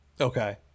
Okay